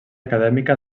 acadèmica